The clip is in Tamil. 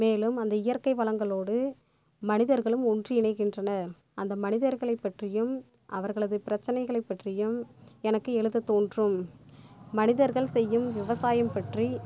மேலும் அந்த இயற்கை வளங்களோடு மனிதர்களும் ஒன்று இணைகின்றனர் அந்த மனிதர்களை பற்றியும் அவர்களது பிரச்சனைகளைப் பற்றியும் எனக்கு எழுத தோன்றும் மனிதர்கள் செய்யும் விவசாயம் பற்றி